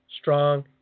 strong